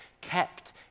kept